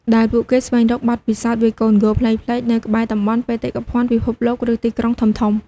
ដែលពួកគេស្វែងរកបទពិសោធន៍វាយកូនហ្គោលប្លែកៗនៅក្បែរតំបន់បេតិកភណ្ឌពិភពលោក ឬទីក្រុងធំៗ។